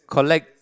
collect